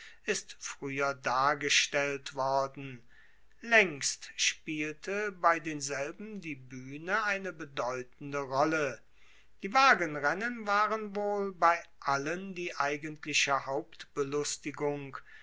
ist frueher dargestellt worden laengst spielte bei denselben die buehne eine bedeutende rolle die wagenrennen waren wohl bei allen die eigentliche